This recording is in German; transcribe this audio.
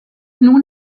nun